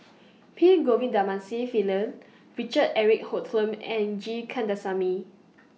P Pillai Richard Eric Holttum and G Kandasamy